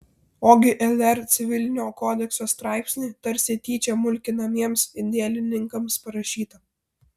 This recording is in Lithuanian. ogi lr civilinio kodekso straipsnį tarsi tyčia mulkinamiems indėlininkams parašytą